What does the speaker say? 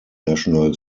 national